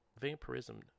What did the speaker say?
vampirism